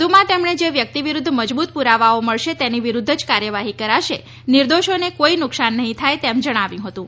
વધુમાં તેમણે જે વ્યક્તિ વિરૂધ્ય મજબુત પુરાવાઓ મળશે તેની વિરૂધ્ય જ કાર્યવાહી કરાશે નિર્દોષોને કોઈ નુકસાન નહીં થાય તેમ જણાવ્યું હતું